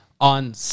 on